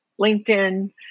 LinkedIn